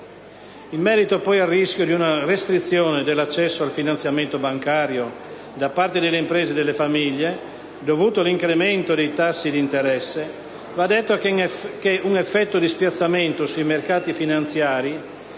In merito poi al rischio di una restrizione dell'accesso al finanziamento bancario da parte delle imprese e delle famiglie, dovuto all'incremento dei tassi di interesse, va detto che un effetto di spiazzamento sui mercati finanziari